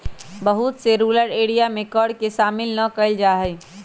बहुत से rural area में कर के शामिल ना कइल जा हई